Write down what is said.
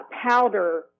powder